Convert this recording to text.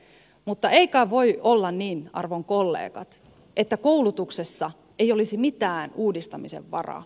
mutta ei kai voi olla niin arvon kollegat että koulutuksessa ei olisi mitään uudistamisen varaa